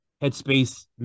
Headspace